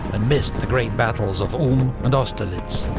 and missed the great battles of ulm and austerlitz.